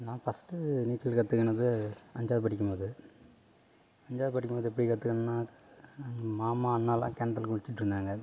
நான் ஃபர்ஸ்ட்டு நீச்சல் கற்றுக்கினது அஞ்சாவது படிக்கும்போது அஞ்சாவது படிக்கும்போது எப்படி கற்றுக்குன்னாக்கா மாமா அண்ணாலாம் கிணத்துல குளிச்சிட்டுருந்தாங்க